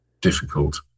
difficult